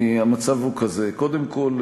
המצב הוא כזה: קודם כול,